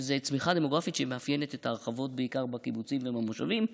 שזאת צמיחה דמוגרפית שמאפיינת את ההרחבות בעיקר בקיבוצים ובמושבים.